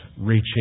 reaching